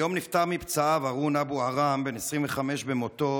היום נפטר מפצעיו הארון אבו ערם, בן 25 במותו,